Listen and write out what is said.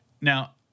now